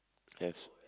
yes